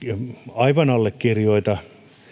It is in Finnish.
aivan allekirjoita kuinka tässä